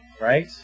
right